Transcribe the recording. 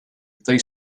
they